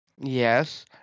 Yes